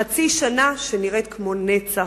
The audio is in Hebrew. חצי שנה שנראית כמו נצח.